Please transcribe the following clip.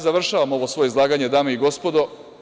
Završavam ovo svoje izlaganje, dame i gospodo.